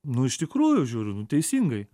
nu iš tikrųjų žiūriu nu teisingai